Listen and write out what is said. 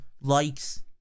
likes